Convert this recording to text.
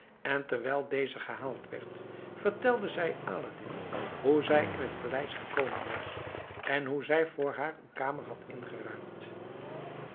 en terwijl deze gehaald werd vertelde zij aladdin hoe zij in het paleis gekomen was en hoe zij voor haar een kamer had ingeruimd